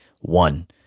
one